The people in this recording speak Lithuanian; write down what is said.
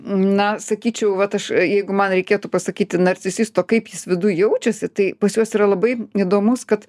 na sakyčiau vat aš jeigu man reikėtų pasakyti narcisisto kaip jis viduj jau jaučiasi tai pas juos yra labai įdomus kad